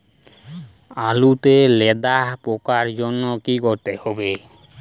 আলুতে লেদা পোকার জন্য কি করতে হবে?